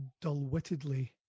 dull-wittedly